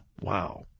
Wow